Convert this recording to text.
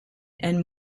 and